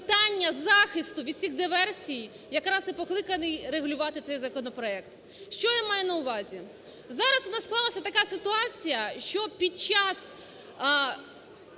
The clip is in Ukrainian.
питання захисту від цих диверсій якраз і покликані регулювати цей законопроект. Що я маю на увазі? Зараз у нас склалася така ситуація, що під час